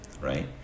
right